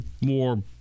more